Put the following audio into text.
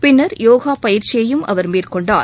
பின்னர் யோகா பயிற்சியையும் அவர் மேற்கொண்டார்